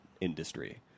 industry